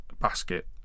basket